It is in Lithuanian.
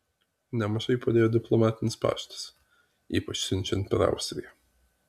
nemažai padėjo diplomatinis paštas ypač siunčiant per austriją